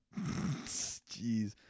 Jeez